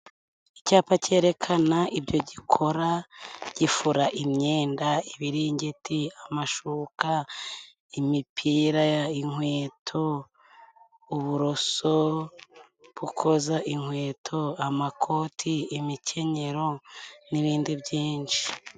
Icyapa kerekana ibyo gikora gifura imyenda ibiringiti, amashuka imipira , inkweto, uburoso bwo koza inkweto amakoti, imikenyero n'ibindi byinshi.